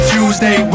Tuesday